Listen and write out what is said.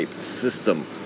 system